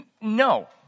No